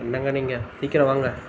என்னங்க நீங்கள் சீக்கிரம் வாங்க